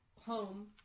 home